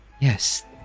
Yes